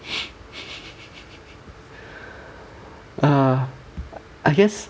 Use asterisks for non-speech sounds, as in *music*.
*laughs* *breath* err I guess